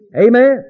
Amen